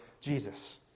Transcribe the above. Jesus